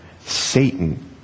Satan